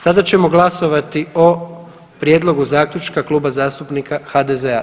Sada ćemo glasovati o prijedlogu zaključka Klub zastupnika HDZ-a.